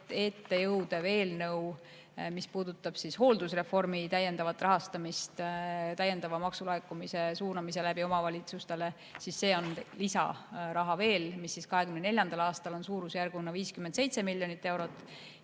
ette jõudev eelnõu, mis puudutab hooldusreformi täiendavat rahastamist täiendava maksulaekumise suunamisega omavalitsustele, siis see on veel lisaraha, mis 2024. aastal on suurusjärgus 57 miljonit eurot